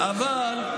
אבל,